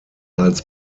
als